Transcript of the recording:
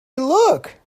look